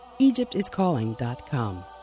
EgyptIsCalling.com